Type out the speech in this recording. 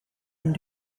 and